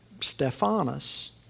Stephanus